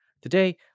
Today